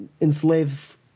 enslave